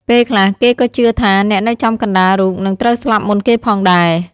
ពេលខ្លះ គេក៏ជឿថាអ្នកនៅចំកណ្តាលរូបនឹងត្រូវស្លាប់មុនគេផងដែរ។